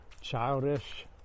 childish